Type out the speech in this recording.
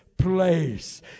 Place